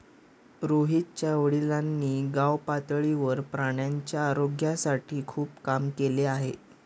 रोहितच्या वडिलांनी गावपातळीवर प्राण्यांच्या आरोग्यासाठी खूप काम केले आहे